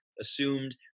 assumed